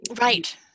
Right